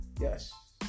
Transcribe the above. Yes